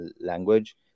language